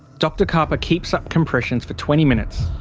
dr karpa keeps up compressions for twenty minutes.